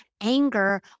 anger